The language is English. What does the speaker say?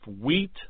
wheat